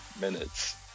minutes